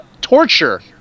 torture